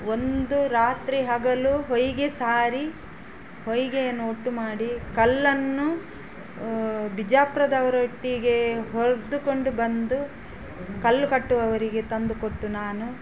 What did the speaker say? ಒಂದು ರಾತ್ರಿ ಹಗಲು ಹೊಯಿಗೆ ಸಾರಿ ಹೊಯಿಗೆಯನ್ನು ಒಟ್ಟು ಮಾಡಿ ಕಲ್ಲನ್ನು ಬಿಜಾಪುರದವ್ರೊಟ್ಟಿಗೇ ಹೊರೆದುಕೊಂಡು ಬಂದು ಕಲ್ಲು ಕಟ್ಟುವವರಿಗೆ ತಂದು ಕೊಟ್ಟು ನಾನು